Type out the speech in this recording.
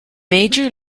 major